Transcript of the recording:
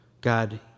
God